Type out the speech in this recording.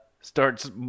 starts